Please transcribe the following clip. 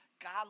God